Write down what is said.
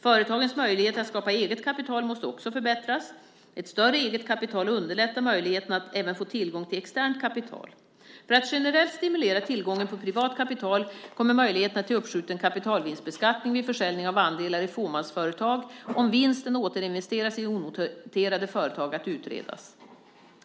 Företagens möjligheter att skapa eget kapital måste också förbättras. Ett större eget kapital underlättar möjligheterna att även få tillgång till externt kapital. För att generellt stimulera tillgången på privat kapital kommer möjligheterna till uppskjuten kapitalvinstbeskattning vid försäljning av andelar i fåmansföretag om vinsten återinvesteras i onoterade företag att utredas.